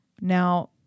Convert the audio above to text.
Now